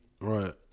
right